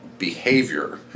behavior